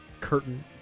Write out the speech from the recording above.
curtain